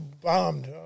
bombed